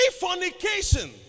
fornication